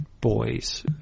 boys